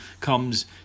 comes